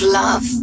love